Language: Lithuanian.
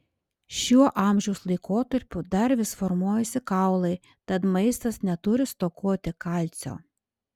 šiuo amžiaus laikotarpiu dar vis formuojasi kaulai tad maistas neturi stokoti kalcio